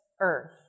earth